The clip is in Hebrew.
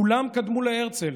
כולם קדמו להרצל.